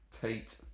Tate